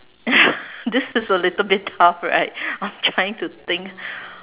this is a little bit tough right I'm trying to think